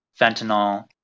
fentanyl